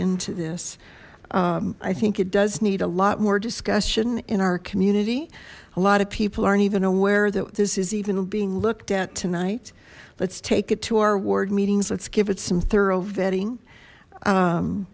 into this i think it does need a lot more discussion in our community a lot of people aren't even aware that this is even being looked at tonight let's take it to our ward meetings let's give it some